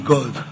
God